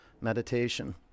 meditation